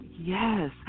Yes